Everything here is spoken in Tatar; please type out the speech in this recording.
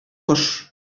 кош